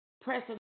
Press